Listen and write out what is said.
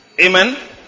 Amen